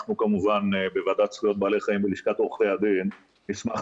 אנחנו כמובן בוועדת זכויות בעלי חיים בלשכת עורכי הדין נשמח